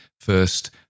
First